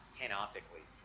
panoptically,